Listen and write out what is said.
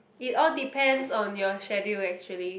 it all depends on your schedule actually